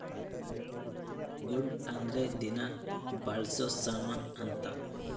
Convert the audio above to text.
goods ಅಂದ್ರ ದಿನ ಬಳ್ಸೊ ಸಾಮನ್ ಅಂತ